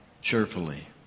cheerfully